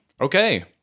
Okay